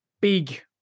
big